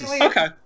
Okay